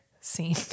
scene